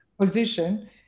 position